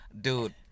dude